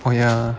oh ya